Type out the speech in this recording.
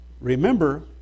remember